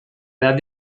edad